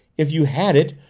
if you had it,